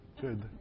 good